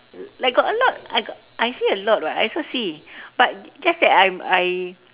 like got a lot I got I see a lot [what] I also see but just that I'm I